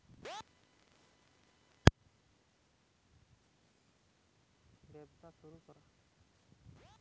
উদ্যোগী ব্যবস্থা করা মানে হতিছে যে কোনো সংস্থা বা ব্যবসা শুরু করা